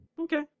Okay